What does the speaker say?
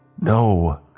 No